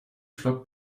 flockt